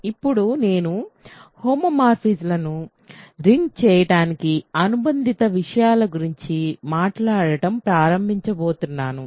ఇప్పుడు నేను హోమోమార్ఫిజమ్లను రింగ్ చేయడానికి అనుబంధిత విషయాల గురించి మాట్లాడటం ప్రారంభించబోతున్నాను